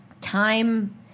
time